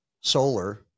solar